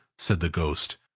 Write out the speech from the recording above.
said the ghost.